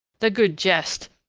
the good jest!